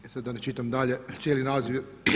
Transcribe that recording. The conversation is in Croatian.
E sad da ne čitam dalje cijeli naziv.